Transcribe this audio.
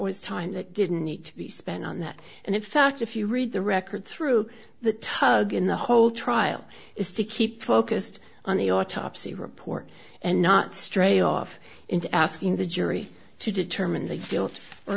was time that didn't need to be spent on that and in fact if you read the record through the tugun the whole trial is to keep focused on the autopsy report and not stray off into asking the jury to determine the guilt or